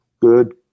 Good